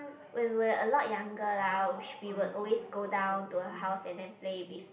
when we were a lot younger lah sh~ we would always go down to her house and then play with